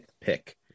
pick